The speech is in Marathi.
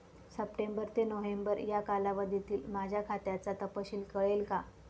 सप्टेंबर ते नोव्हेंबर या कालावधीतील माझ्या खात्याचा तपशील कळेल का?